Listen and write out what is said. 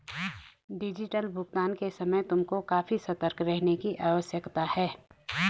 digital भुगतान के समय तुमको काफी सतर्क रहने की आवश्यकता है